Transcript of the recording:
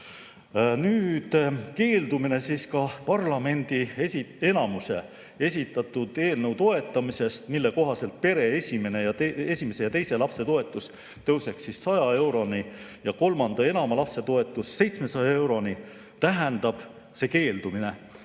pole. Keeldumine parlamendi enamuse esitatud eelnõu toetamisest, mille kohaselt pere esimese ja teise lapse toetus tõuseb 100 euroni, kolmanda ja enama lapse toetus 700 euroni, tähendab, et ei